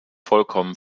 vollkommen